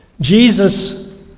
Jesus